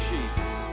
Jesus